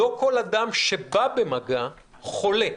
לא כל אדם שבא במגע חולה.